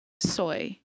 soy